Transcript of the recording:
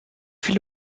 viele